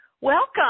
welcome